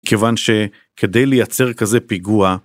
כיוון שכדי לייצר כזה פיגוע,